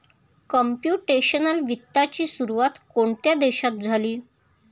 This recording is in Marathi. कंप्युटेशनल वित्ताची सुरुवात कोणत्या देशात झाली?